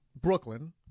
Brooklyn